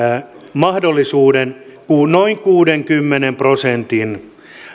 mahdollisuuden noin kuudenkymmenen prosentin